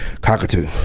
cockatoo